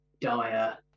dire